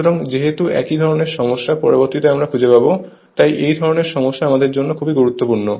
সুতরাং যেহেতু একই ধরণের সমস্যা পরবর্তীতে আমরা খুঁজে পাবো তাই এই ধরণের সমাধান আমাদের জন্য খুবই গুরুত্বপূর্ণ